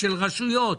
של רשויות,